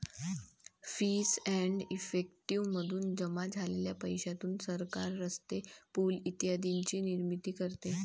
fees and effective मधून जमा झालेल्या पैशातून सरकार रस्ते, पूल इत्यादींची निर्मिती करते